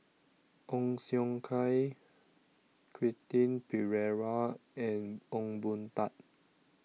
Ong Siong Kai Quentin Pereira and Ong Boon Tat